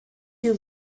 you